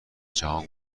جهان